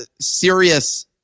serious